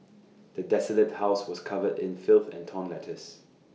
the desolated house was covered in filth and torn letters